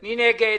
מי נגד?